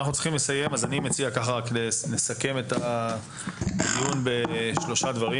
נסכם את הדיון בשלושה דברים.